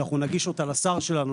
שאותה נגיש לשר שלנו,